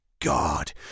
God